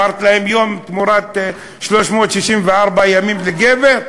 אמרת להם: יום תמורת 364 ימים לגבר.